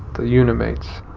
the unimates.